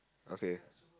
okay